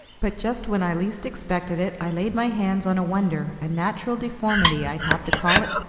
but just when i least expected it, i laid my hands on a wonder, a natural deformity i'd have to call it,